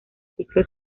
ciclo